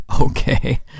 Okay